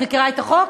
את מכירה את החוק?